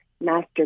master